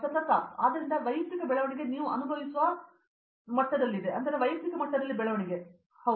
ಪ್ರತಾಪ್ ಹರಿದಾಸ್ ಆದ್ದರಿಂದ ವೈಯಕ್ತಿಕ ಬೆಳವಣಿಗೆ ನೀವು ಅನುಭವಿಸುವ ಮತ್ತು ವೈಯಕ್ತಿಕ ಮಟ್ಟದಲ್ಲಿ ಬೆಳವಣಿಗೆ ಹೌದು